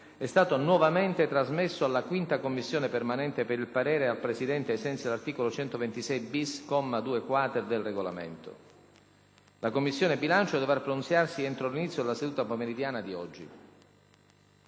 e stato nuovamente trasmesso alla 5ª Commissione permanente per il parere al Presidente, ai sensi dell’articolo 126-bis, comma 2-quater, del Regolamento. La Commissione bilancio dovrapronunziarsi entro l’inizio della seduta pomeridiana di oggi.